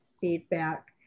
feedback